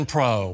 Pro